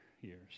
years